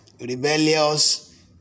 rebellious